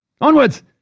onwards